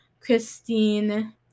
christine